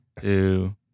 two